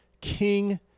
king